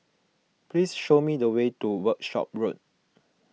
please show me the way to Workshop Road